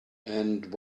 and